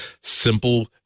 simple